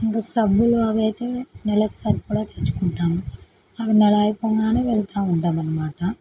ఇంకా సబ్బులు అవి అవైతే నెలకి సరిపడా తెచ్చుకుంటాము అవి నెల అయిపోగానే వెళుతూ ఉంటామన్నమాట